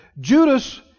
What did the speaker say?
Judas